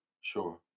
Sure